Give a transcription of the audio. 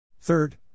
Third